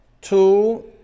two